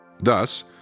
Thus